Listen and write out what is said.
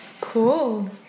cool